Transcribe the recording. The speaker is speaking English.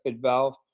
valve